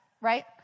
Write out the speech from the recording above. right